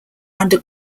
under